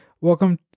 welcome